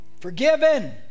forgiven